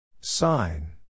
Sign